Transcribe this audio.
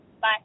bye